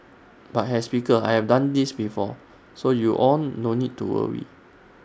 but as speaker I've done this before so you all no need to worry